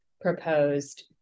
proposed